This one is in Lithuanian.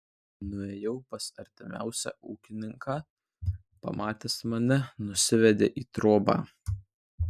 nuėjau pas artimiausią ūkininką pamatęs mane nusivedė į trobą